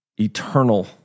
eternal